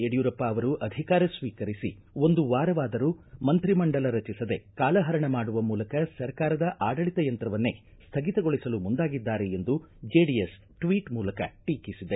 ಯಡಿಯೂರಪ್ಪ ಅವರು ಅಧಿಕಾರ ಸ್ತೀಕರಿಸಿ ಒಂದು ವಾರವಾದರೂ ಮಂತ್ರಿಮಂಡಲ ರಚಿಸದೇ ಕಾಲಹರಣ ಮಾಡುವ ಮೂಲಕ ಸರ್ಕಾರದ ಆಡಳಿತ ಯಂತ್ರವನ್ನೇ ಸ್ಟಗಿತಗೊಳಿಸಲು ಮುಂದಾಗಿದ್ದಾರೆ ಎಂದು ಜೆಡಿಎಸ್ ಟ್ವೀಟ್ ಮೂಲಕ ಟೀಕಿಸಿದೆ